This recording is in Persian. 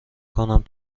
کنم